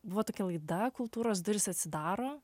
buvo tokia laida kultūros durys atsidaro